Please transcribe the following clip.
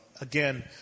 Again